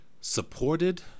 supported